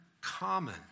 common